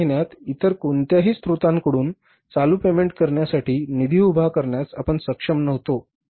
मागील महिन्यात इतर कोणत्याही स्त्रोतांकडून चालू पेमेंट करण्यासाठी निधी उभा करण्यास आपण सक्षम नव्हतो